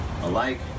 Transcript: alike